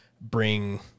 bring